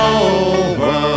over